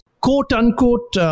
quote-unquote